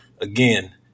Again